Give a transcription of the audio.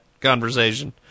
conversation